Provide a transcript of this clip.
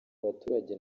abaturage